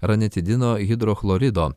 ranitidino hidrochlorido